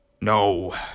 No